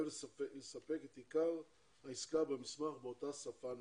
יספק את עיקר העסקה במסמך באותה שפה נוספת.